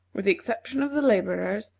with the exception of the laborers,